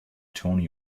tony